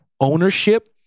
ownership